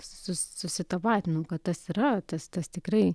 su susitapatinu kad tas yra tas tas tikrai